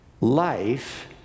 Life